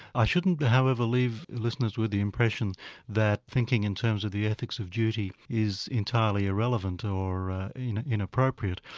i shouldn't however leave listeners with the impression that thinking in terms of the ethics of duty is entirely irrelevant or inappropriate,